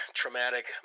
traumatic